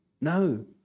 No